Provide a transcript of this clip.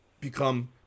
become